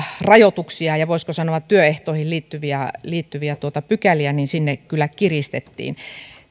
rajoituksia ja voisiko sanoa työehtoihin liittyviä liittyviä pykäliä sinne kyllä kiristettiin